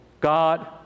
God